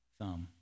thumb